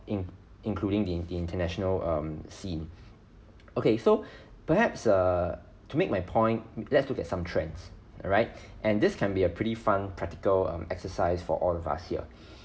in~ including the international um scene okay so perhaps err to make my point let's look at some trends right and this can be a pretty fun practical um exercise for all of us here